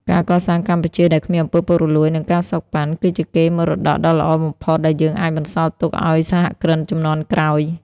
ការកសាងកម្ពុជាដែលគ្មាន អំពើពុករលួយ និង ការសូកប៉ាន់ គឺជាកេរមរតកដ៏ល្អបំផុតដែលយើងអាចបន្សល់ទុកឱ្យសហគ្រិនជំនាន់ក្រោយ។